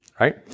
right